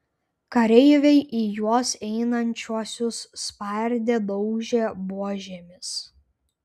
kareiviai į juos einančiuosius spardė daužė buožėmis